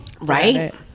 right